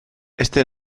este